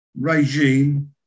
regime